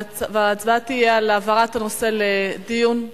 ההצבעה תהיה על העברת הנושא לדיון